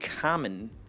common